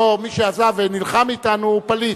לא מי שעזב ונלחם בנו, הוא פליט,